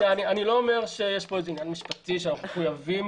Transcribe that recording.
אני לא אומר שיש כאן עניין משפחתי שאנחנו מחויבים